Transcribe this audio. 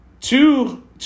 Two